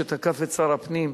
שתקף את שר הפנים.